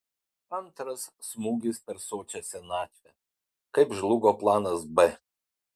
antras smūgis per sočią senatvę kaip žlugo planas b